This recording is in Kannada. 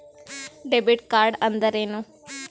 ಡೆಬಿಟ್ ಕಾರ್ಡ್ಅಂದರೇನು?